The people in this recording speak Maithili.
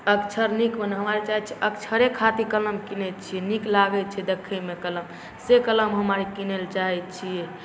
अक्षर नीक बनै हमरा आओर चाहै छी अक्षरे खातिर कलम किनै छी नीक लागै छै देखैमे कलम से कलम हमरा आओर किनैलए चाहै छिए